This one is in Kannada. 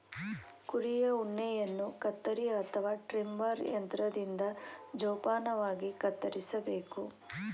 ಕುರಿಯ ಉಣ್ಣೆಯನ್ನು ಕತ್ತರಿ ಅಥವಾ ಟ್ರಿಮರ್ ಯಂತ್ರದಿಂದ ಜೋಪಾನವಾಗಿ ಕತ್ತರಿಸಬೇಕು